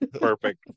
Perfect